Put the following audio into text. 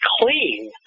clean